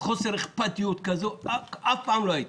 חוסר אכפתיות כזו אף פעם לא הייתה.